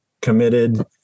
committed